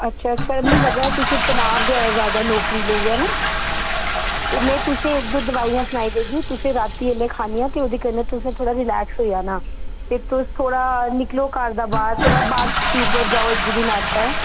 अच्छा अच्छा मी लग्गा दा तुसें तनाव गै ऐ ज्यादा नौकरी लेइयै न ते में तुसें गी इक दो दवाई सनाई देगी तुसें राती बेल्लै खानी ते ओह्दे कन्नै तुसें थोह्ड़ा रिलैक्स होई जाना ते तुस थोह्ड़ा निकलो घर दा बाह्र थोह्ड़ा बाह्र छुट्टी उप्पर जाओ इक दो दिन आस्तै